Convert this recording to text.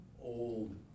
old